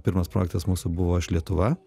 pirmas projektas mūsų buvo aš lietuva